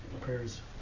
prayers